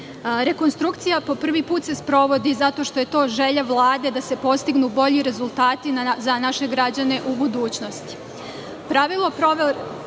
razumeju. Rekonstrukcija po prvi put se sprovodi zato što je to želja Vlade da se postignu bolji rezultati za naše građane u budućnosti. Pravilo